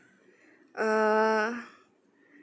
uh